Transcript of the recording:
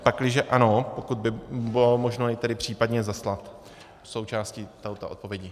Pakliže ano, pokud by bylo možno ji tedy případně zaslat jako součást této odpovědi.